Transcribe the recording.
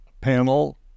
panel